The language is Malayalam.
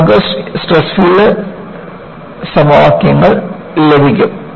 അങ്ങനെ നമുക്ക് സ്ട്രെസ് ഫീൽഡ് സമവാക്യങ്ങൾ ലഭിക്കും